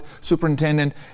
superintendent